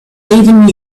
even